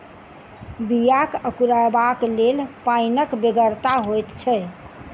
बियाक अंकुरयबाक लेल पाइनक बेगरता होइत छै